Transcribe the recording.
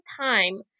time